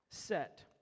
set